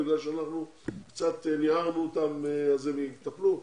בגלל שאנחנו קצת ניערנו אותם הם יטפלו?